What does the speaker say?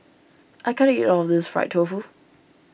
I can't eat all of this Fried Tofu